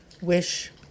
wish